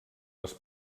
les